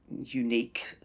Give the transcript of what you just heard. unique